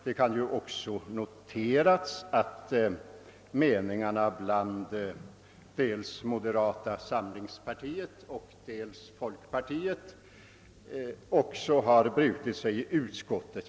Det kan också noteras att meningarna inom dels moderata samlingspartiet, dels folkpartiet har brutit sig i utskottet.